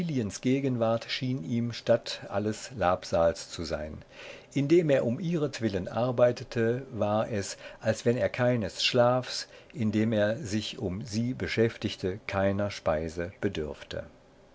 gegenwart schien ihm statt alles labsals zu sein indem er um ihretwillen arbeitete war es als wenn er keines schlafs indem er sich um sie beschäftigte keiner speise bedürfte